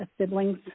siblings